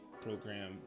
program